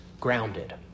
grounded